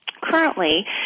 currently